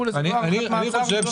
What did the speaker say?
זה לא הארכת מעצר.